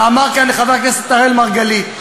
ואמר כאן חבר הכנסת אראל מרגלית,